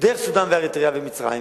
דרך סודן ואריתריאה ומצרים,